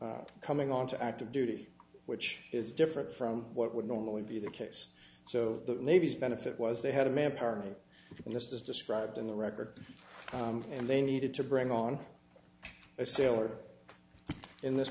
r coming on to active duty which is different from what would normally be the case so the navy's benefit was they had a manpower just as described in the record and they needed to bring on a sailor in this